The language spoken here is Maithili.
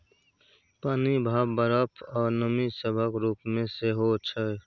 पानि, भाप, बरफ, आ नमी सभक रूप मे सेहो छै